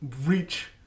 reach